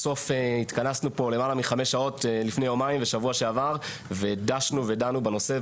התכנסנו כאן ליותר מחמש שעות בשבוע שעבר ודשנו ודנו בנושא,